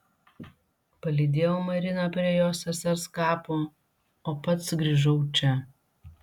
palydėjau mariną prie jos sesers kapo o pats grįžau čia